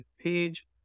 page